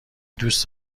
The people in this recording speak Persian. دوست